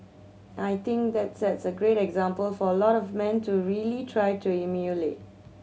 I think that sets a great example for a lot of men to really try to emulate